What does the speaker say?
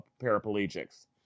paraplegics